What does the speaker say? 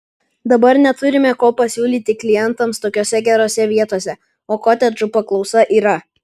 dabar neturime ko pasiūlyti klientams tokiose gerose vietose o kotedžų paklausa yra